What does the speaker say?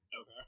Okay